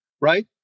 right